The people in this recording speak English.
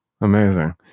amazing